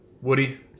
Woody